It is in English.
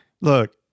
Look